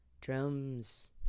drums